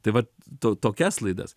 tai vat to tokias laidas